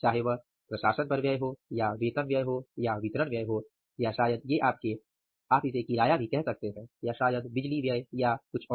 चाहे वह प्रशासन पर व्यय हों या वेतन व्यय हों या वितरण व्यय हों या शायद ये आपके आप इसे किराया भी कह सकते हैं या शायद बिजली या कुछ और